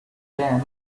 dam